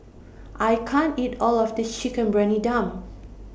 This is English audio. I can't eat All of This Chicken Briyani Dum